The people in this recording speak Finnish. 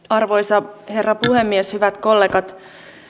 arvoisa herra puhemies hyvät kollegat